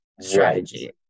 strategy